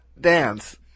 dance